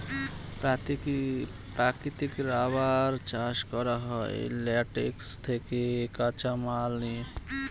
প্রাকৃতিক রাবার চাষ করা হয় ল্যাটেক্স থেকে কাঁচামাল নিয়ে